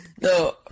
No